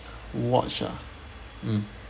watch ah mm